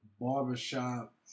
barbershop